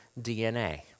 DNA